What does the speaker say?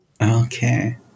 Okay